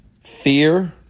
Fear